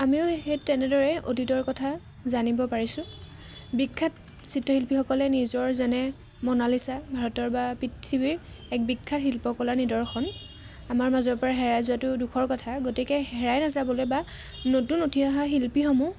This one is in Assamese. আমিও সেই তেনেদৰে অতীতৰ কথা জানিব পাৰিছোঁ বিখ্যাত চিত্ৰশিল্পীসকলে নিজৰ যেনে মনালিচা ভাৰতৰ বা পৃথিৱীৰ এক বিখ্যাত শিল্পকলা নিদৰ্শন আমাৰ মাজৰ পৰা হেৰাই যোৱাটো দুখৰ কথা গতিকে হেৰাই নাযাবলে বা নতুন উঠি অহা শিল্পীসমূহ